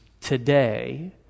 today